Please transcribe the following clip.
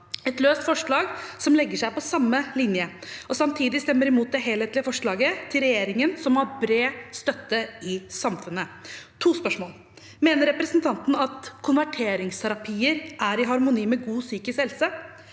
et løst forslag som legger seg på samme linje, og samtidig stemmer hun imot det helhetlige forslaget til regjeringen som har bred støtte i samfunnet. Jeg har to spørsmål. Mener representanten at konverteringsterapier er i harmoni med god psykisk helse?